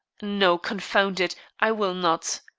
no, confound it, i will not.